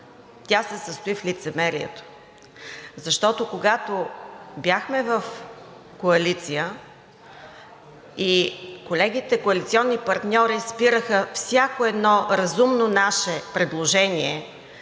Тя се състои в лицемерието. Защото, когато бяхме в коалиция и колегите коалиционни партньори спираха всяко едно разумно наше предложение